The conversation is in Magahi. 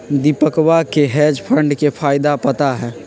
दीपकवा के हेज फंड के फायदा पता हई